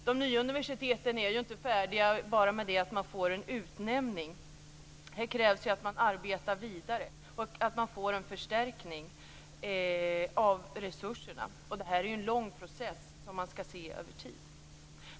De nya universiteten är ju inte färdiga bara med det att de får en utnämning. Det krävs ju också att man arbetar vidare och att man får en förstärkning av resurserna. Det är en lång process som man skall se över tid.